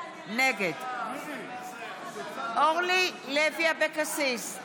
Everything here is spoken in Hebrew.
נגד אורלי לוי אבקסיס,